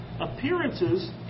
appearances